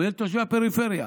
הוא יהיה לתושבי הפריפריה.